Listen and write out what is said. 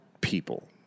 people